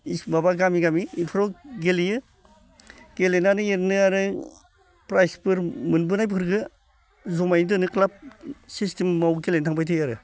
माबा गामि गामि इफोराव गेलेयो गेलेनानै ओरैनो आरो प्राइजफोर मोनबोनायफोरखो जमायै दोनो क्लाब सिस्टेमाव गेलेनो थांबाय थायो आरो